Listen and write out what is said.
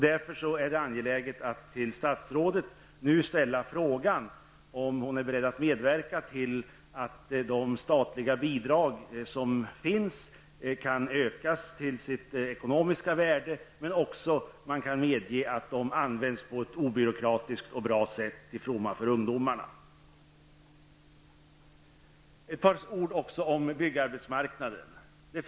Därför är det angeläget att till statsrådet ställa frågan om hon är beredd att medverka till att de statliga bidrag som finns blir större och om hon kan gå med på att de används på ett obyråkratiskt och bra sätt till fromma för ungdomarna. Jag vill även säga något om byggarbetsmarknaden.